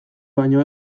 baino